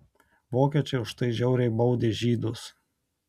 vokiečiai už tai žiauriai baudė žydus